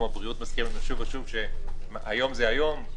הבריאות מזכירים לנו שוב ושוב שהיום זה היום,